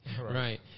Right